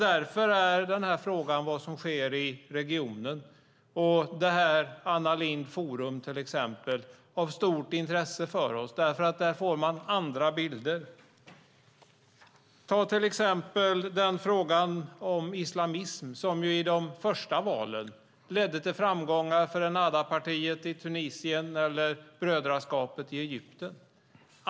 Därför är frågan vad som sker i regionen och till exempel Anna Lindh Forum av stort intresse för oss. Där får man andra bilder. Ta till exempel frågan om islamism som under de första valen ledde till framgångar för Ennahdapartiet i Tunisien eller Brödraskapet i Egypten.